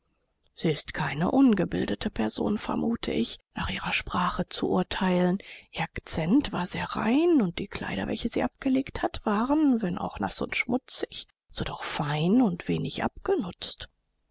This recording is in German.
sie ist keine ungebildete person vermute ich nach ihrer sprache zu urteilen ihr accent war sehr rein und die kleider welche sie abgelegt hat waren wenn auch naß und schmutzig so doch fein und wenig abgenützt